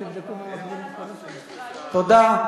תודה.